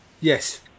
yes